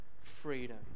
freedom